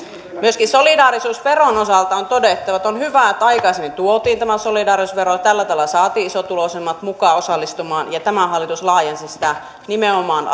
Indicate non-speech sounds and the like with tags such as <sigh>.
myöskin solidaarisuusveron osalta on todettava että on hyvä että aikaisemmin tuotiin tämä solidaarisuusvero tällä tavalla saatiin isotuloisemmat mukaan osallistumaan ja tämä hallitus laajensi sitä nimenomaan <unintelligible>